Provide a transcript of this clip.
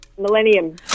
Millennium